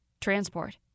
transport